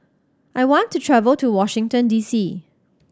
I want to travel to Washington D C